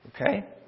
Okay